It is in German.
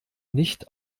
nicht